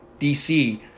DC